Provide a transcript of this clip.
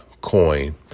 coin